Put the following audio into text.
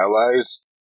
allies